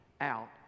out